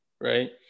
right